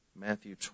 Matthew